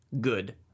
good